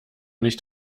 nicht